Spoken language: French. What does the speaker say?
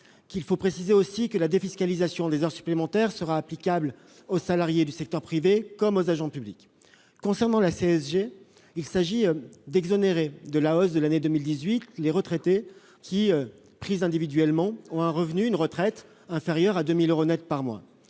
Il faut préciser aussi que la défiscalisation des heures supplémentaires sera applicable aux salariés du secteur privé comme aux agents publics. En ce qui concerne la CSG, il s'agit d'exonérer de la hausse de l'année 2018 les retraités qui, pris individuellement, ont une retraite inférieure à 2 000 euros net par mois.